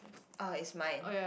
oh it's mine